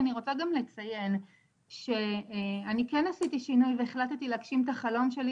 חשוב לי גם לציין שאני כן עשיתי שינוי והחלטתי להגשים את החלום שלי